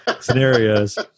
scenarios